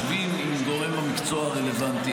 שבי עם גורם המקצוע הרלוונטי.